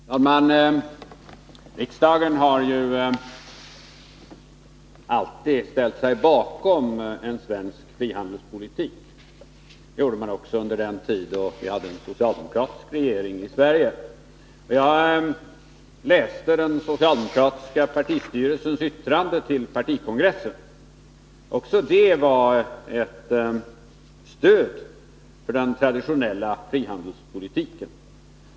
Herr talman! Riksdagen har ju alltid ställt sig bakom en svensk frihandelspolitik. Det gjorde den också under den tid då vi hade en socialdemokratisk regering i Sverige. Jag läste den socialdemokratiska partistyrelsens yttrande till partikongressen. Också det var ett stöd för den traditionella frihandelspolitiken.